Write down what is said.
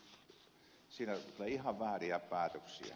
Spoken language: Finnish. minusta siinä tulee ihan vääriä päätöksiä